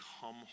come